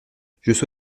souhaite